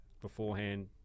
beforehand